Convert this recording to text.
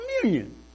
communion